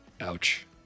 Ouch